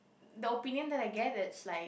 the opinion that I get is like